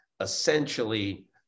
essentially